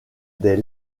des